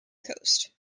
coast